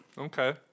okay